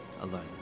alone